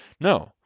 No